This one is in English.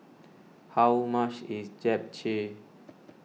how much is Japchae